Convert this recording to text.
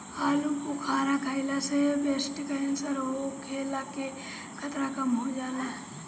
आलूबुखारा खइला से ब्रेस्ट केंसर होखला के खतरा कम हो जाला